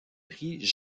prix